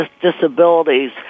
disabilities